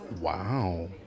wow